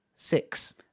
Six